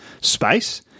space